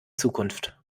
zukunft